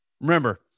Remember